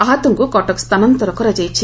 ଆହତଙ୍ଙୁ କଟକ ସ୍ଥାନାନ୍ତର କରାଯାଇଛି